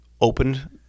opened